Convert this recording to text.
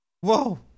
Whoa